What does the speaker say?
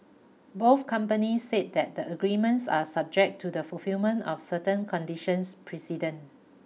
both companies said that the agreements are subject to the fulfilment of certain conditions precedent